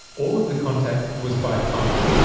all of the contact was by phone.